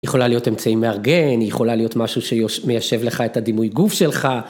יכולה להיות אמצעי מארגן, היא יכולה להיות משהו שמיישב לך את הדימוי גוף שלך.